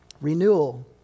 Renewal